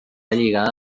lligada